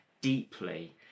deeply